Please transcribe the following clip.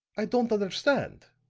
i don't understand,